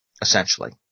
essentially